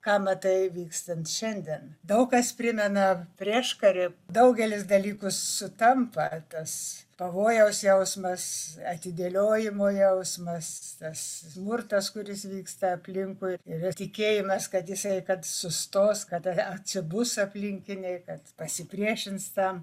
ką matai vykstant šiandien daug kas primena prieškarį daugelis dalykų sutampa tas pavojaus jausmas atidėliojimo jausmas tas smurtas kuris vyksta aplinkui yra tikėjimas kad jisai kad sustos kad atsibus aplinkiniai kad pasipriešins tam